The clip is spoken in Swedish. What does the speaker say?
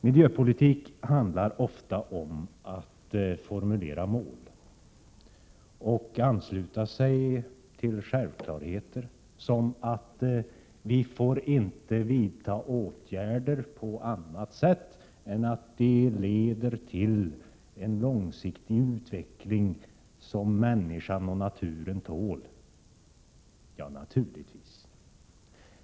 Miljöpolitik handlar ofta om att formulera mål och ansluta sig till självklarheter som: Vi får inte vidta åtgärder på annat sätt än att de leder till en långsiktig utveckling som människan och naturen tål. — Ja, naturligtvis!